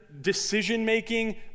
decision-making